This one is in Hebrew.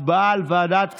הצבעה על ועדת הכספים.